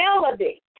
melody